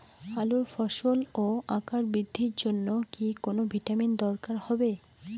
আলুর ফলন ও আকার বৃদ্ধির জন্য কি কোনো ভিটামিন দরকার হবে?